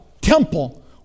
temple